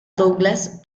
douglas